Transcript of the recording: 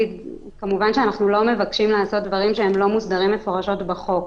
כמובן אנו לא מבקשים לעשות דברים שהם לא מוסדרים מפורשות בחוק.